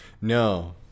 No